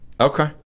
Okay